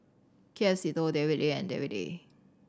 K F Seetoh David Lee and David Lee